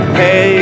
hey